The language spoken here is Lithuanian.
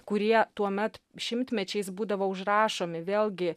kurie tuomet šimtmečiais būdavo užrašomi vėlgi